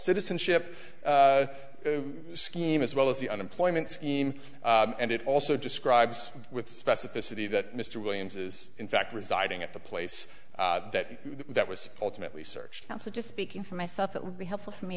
citizenship scheme as well as the unemployment scheme and it also describes with specificity that mr williams is in fact residing at the place that that was alternately searched counsel just speaking for myself it would be helpful for me